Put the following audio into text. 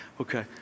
okay